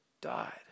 died